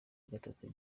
gatatu